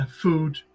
food